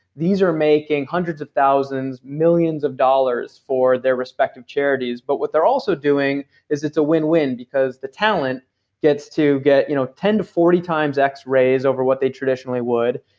these are making hundreds of thousands, millions of dollars for their respective charities. but what they're also doing is it's a win win, because the talent gets to get you know ten forty times x-rays over what they traditionally would.